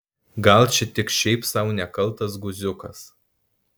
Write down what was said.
gal čia tik šiaip sau nekaltas guziukas